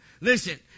listen